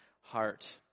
heart